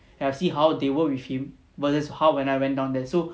I have seen how they were with him versus how when I went down there so